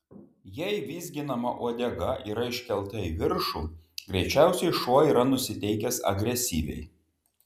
jei vizginama uodega yra iškelta į viršų greičiausiai šuo yra nusiteikęs agresyviai